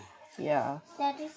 yeah